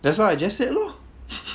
that's what I just said lor